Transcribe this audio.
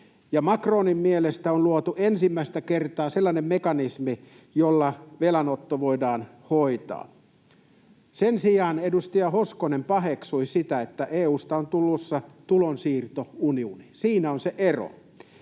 Macronin mielestä on luotu ensimmäistä kertaa sellainen mekanismi, jolla velanotto voidaan hoitaa. Sen sijaan edustaja Hoskonen paheksui sitä, että EU:sta on tulossa tulonsiirtounioni. Siinä on se ero.